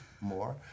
more